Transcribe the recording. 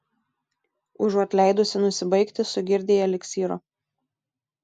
užuot leidusi nusibaigti sugirdei eliksyro